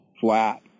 flat